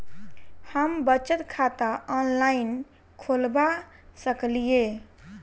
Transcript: हम बचत खाता ऑनलाइन खोलबा सकलिये?